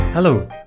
Hello